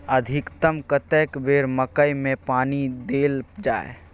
अधिकतम कतेक बेर मकई मे पानी देल जाय?